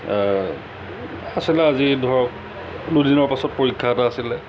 আছিলে আজি ধৰক দুদিনৰ পিছত পৰীক্ষা এটা আছিলে